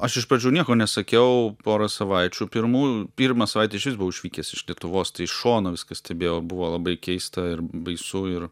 aš iš pradžių nieko nesakiau porą savaičių pirmų pirmą savaitę iš vis buvau išvykęs iš lietuvos tai iš šono viską stebėjau buvo labai keista ir baisu ir